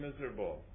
miserable